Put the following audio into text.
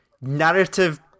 narrative